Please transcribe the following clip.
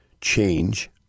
change